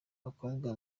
abakobwa